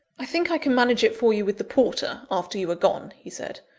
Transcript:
i think i can manage it for you with the porter, after you are gone, he said,